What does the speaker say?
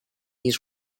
his